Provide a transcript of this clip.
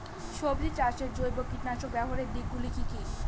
সবজি চাষে জৈব কীটনাশক ব্যাবহারের দিক গুলি কি কী?